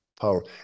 power